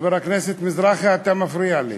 חבר הכנסת מזרחי, אתה מפריע לי.